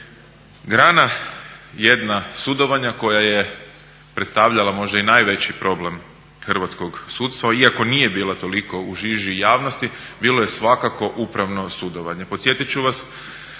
Grana jedna sudovanja koja je predstavljala možda i najveći problem hrvatskog sudstva iako nije bila toliko u žiži javnosti, bilo je svakako upravno sudovanje.